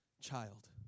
child